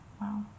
Wow